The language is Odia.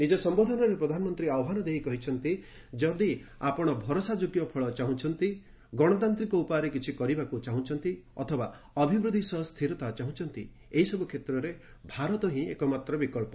ନିକ ସମ୍ଭୋଧନରେ ପ୍ରଧାନମନ୍ତ୍ରୀ ଆହ୍ୱାନ ଦେଇ କହିଛନ୍ତି ଯଦି ଆପଣ ଭରସା ଯୋଗ୍ୟ ଫଳ ଚାହୁଁଛନ୍ତି ଗଣତାନ୍ତିକ ଉପାୟରେ କିଛି କରିବାକୁ ଚାହୁଁଛନ୍ତି ଅଥବା ଅଭିବୃଦ୍ଧି ସହ ସ୍ଥିରତା ଚାହୁଁଛନ୍ତି ଏହିସବୁ କ୍ଷେତ୍ରରେ ଭାରତ ହିଁ ଏକମାତ୍ର ବିକ୍ସ